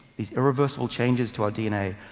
these irreversible changes to our dna,